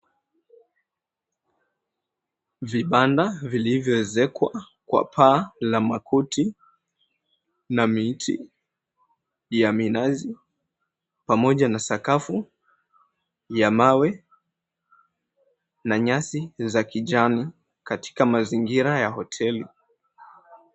Vibanda vilivyoezekwa kwa paa la makuti na miti ya minazi pamoja na sakafu ya mawe na nyasi za kijani katika mazingira ya hoteli.